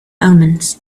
omens